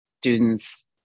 students